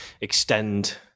extend